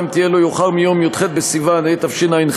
תהיה לא יאוחר מיום י"ח בסיוון התשע"ח,